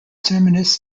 terminus